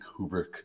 Kubrick